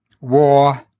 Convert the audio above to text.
War